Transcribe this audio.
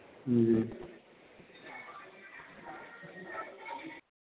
जी